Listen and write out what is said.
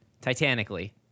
titanically